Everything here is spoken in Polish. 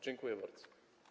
Dziękuję bardzo.